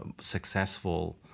successful